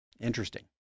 Interesting